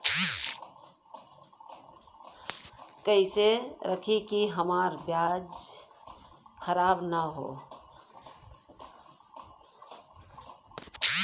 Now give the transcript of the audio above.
कइसे रखी कि हमार प्याज खराब न हो?